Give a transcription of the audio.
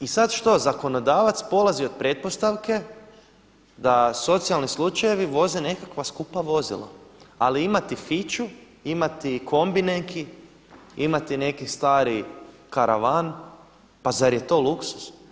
I sad što zakonodavac polazi od pretpostavke da socijalni slučajevi voze nekakva skupa vozila, ali imati Fiću, imali kombi neki, imati neki stari karavan pa zar je to luksuz?